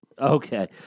Okay